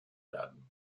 werden